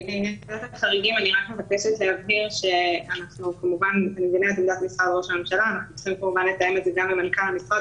אני מבקשת להסביר שאנחנו כמובן צריכים לתאם את זה גם עם מנכ"ל המשרד,